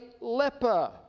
leper